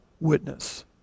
witness